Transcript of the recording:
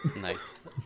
Nice